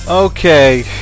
Okay